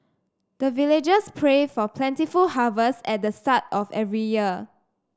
the villagers pray for plentiful harvest at the start of every year